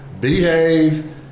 behave